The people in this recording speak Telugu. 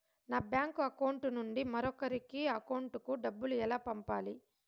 నా బ్యాంకు అకౌంట్ నుండి మరొకరి అకౌంట్ కు డబ్బులు ఎలా పంపాలి